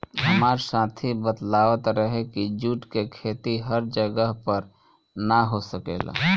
हामार साथी बतलावत रहे की जुट के खेती हर जगह पर ना हो सकेला